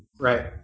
Right